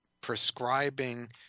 prescribing